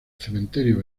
cementerio